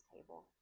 table